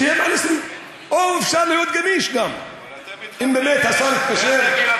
שיהיה מעל 20, או אפשר להיות גם גמיש.